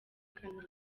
kanama